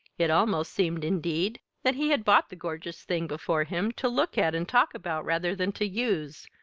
it almost seemed, indeed, that he had bought the gorgeous thing before him to look at and talk about rather than to use,